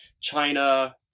China